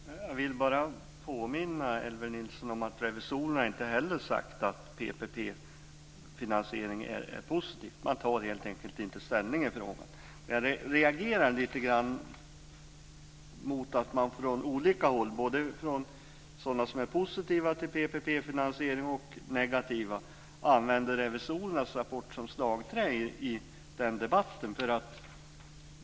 Fru talman! Jag vill bara påminna Elver Jonsson om att revisorerna inte heller har sagt att PPP finansiering är positivt. Man tar helt enkelt inte ställning i frågan. Jag reagerar lite mot att man från olika håll - både från dem som är positiva till PPP-finansering och från dem som är negativa - använder revisorernas rapport som slagträ i debatten.